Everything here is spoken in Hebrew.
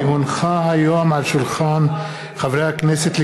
כי הונחה היום על שולחן הכנסת,